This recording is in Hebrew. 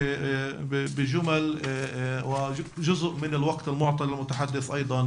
הפרוטוקול פה צריך להירשם גם בגלל חשיבותו לישיבות של הכנסת,